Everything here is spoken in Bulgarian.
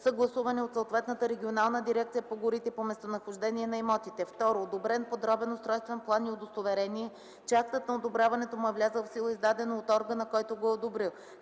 съгласувани от съответната регионална дирекция по горите по местонахождение на имотите; 2. одобрен подробен устройствен план и удостоверение, че актът за одобряването му е влязъл в сила, издадено от органа, който го е одобрил;